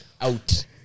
Out